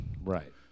right